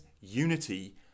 unity